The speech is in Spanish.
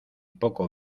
poco